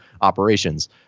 operations